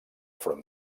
front